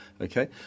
okay